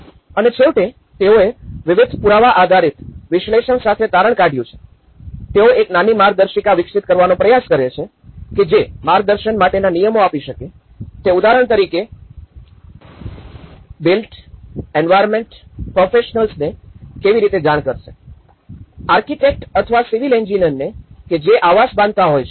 અને છેવટે તેઓએ વિવિધ પુરાવા આધારિત વિશ્લેષણ સાથે તારણ કાઢ્યું છે તેઓ એક નાની માર્ગદર્શિકા વિકસિત કરવાનો પ્રયાસ કરે છે કે જે માર્ગદર્શન માટેના નિયમો આપી શકે તે ઉદાહરણ તરીકે બિલ્ટ એન્વાયર્નમેન્ટ પ્રોફેશનલ્સને કેવી રીતે જાણ કરશે આર્કિટેક્ટ અથવા સિવિલ એન્જિનિયરને કે જે આવાસ બાંધતા હોય છે